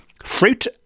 Fruit